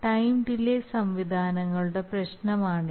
time delay സംവിധാനങ്ങളുടെ പ്രശ്നങ്ങളാണിവ